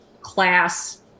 class